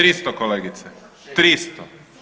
300 kolegice, 300.